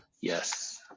Yes